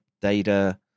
data